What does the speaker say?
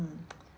mm